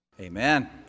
amen